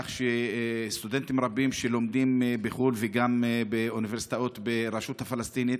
כך שסטודנטים רבים שלומדים בחו"ל וגם באוניברסיטאות ברשות הפלסטינית